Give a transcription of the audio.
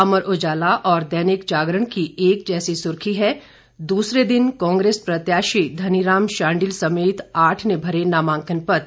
अमर उजाला और दैनिक जागरण की एक जैसी सुर्खी है दूसरे दिन कांग्रेस प्रत्याशी धनी राम शांडिल समेत आठ ने भरे नामांकन पत्र